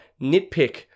nitpick